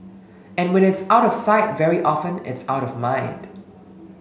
and when it's out of sight very often it's out of mind